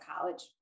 college